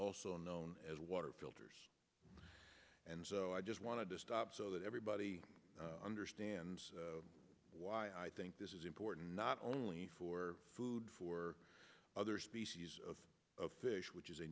also known as water filters and so i just wanted to stop so that everybody understands why i think this is important not only for food for other species of fish which is a